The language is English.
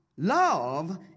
Love